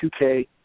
2K